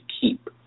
keep